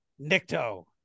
Nikto